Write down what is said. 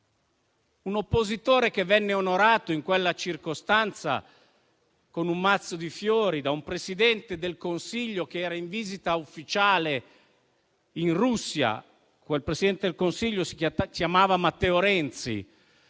circostanza venne onorato con un mazzo di fiori da un Presidente del Consiglio che era in visita ufficiale in Russia. Quel presidente del Consiglio si chiamava Matteo Renzi: